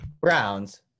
browns